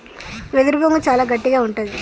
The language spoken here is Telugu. వెదురు బొంగు చాలా గట్టిగా ఉంటది